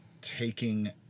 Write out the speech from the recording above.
taking